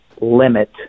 limit